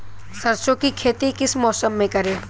सरसों की खेती किस मौसम में करें?